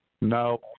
No